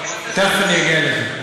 תכף אני אגיע לזה.